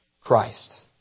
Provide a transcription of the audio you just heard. Christ